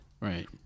Right